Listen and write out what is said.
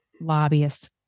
lobbyist